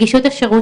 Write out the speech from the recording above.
נגישות השירות,